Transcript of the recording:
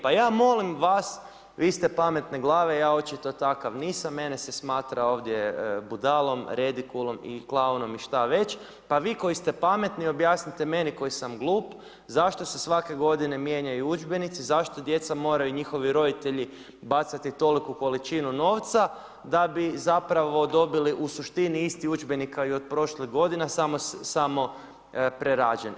Pa ja molim vas, vi ste pametne glave, ja očito takav nisam, mene se smatra ovdje budalom radikalom, klaunom i šta već, pa vi koji ste pametni, objasnite meni koji sam glup, zašto se svake g. mijenjaju udžbenici, zašto djeca moraju i njihovi roditelji bacati toliku količinu novca, da bi zapravo dobili u suštini isti udžbenik kao i od prošlih g. samo prerađen.